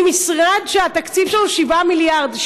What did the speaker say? ממשרד שהתקציב שלו 7 מיליארד.